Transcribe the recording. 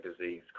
disease